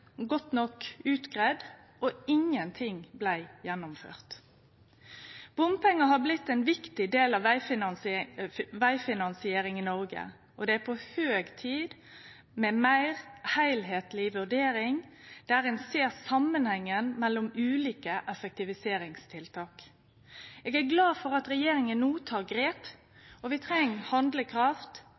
godt nok utgreidd, og ingenting blei gjennomført. Bompengar har blitt ein viktig del av vegfinansieringa i Noreg. Det er på høg tid med ei meir heilskapleg vurdering der ein ser samanhengen mellom ulike effektiviseringstiltak. Eg er glad for at regjeringa no tek grep. Vi treng handlekraft